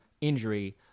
injury